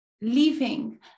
leaving